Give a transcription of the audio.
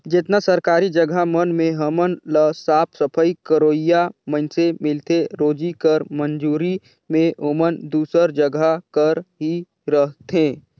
जेतना सरकारी जगहा मन में हमन ल साफ सफई करोइया मइनसे मिलथें रोजी कर मंजूरी में ओमन दूसर जगहा कर ही रहथें